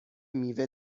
میوه